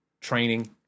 training